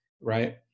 right